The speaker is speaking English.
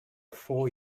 four